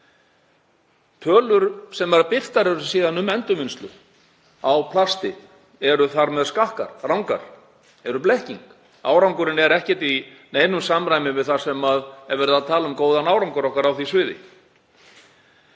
Tölur sem síðan eru birtar um endurvinnslu á plasti eru þar með skakkar, rangar, þær eru blekking. Árangurinn er ekki í neinu samræmi við það þegar verið er að tala um góðan árangur okkar á því sviði.